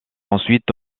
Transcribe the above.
ensuite